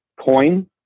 coin